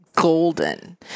golden